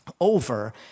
over